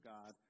God